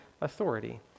authority